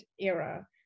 era